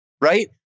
right